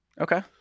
Okay